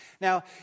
Now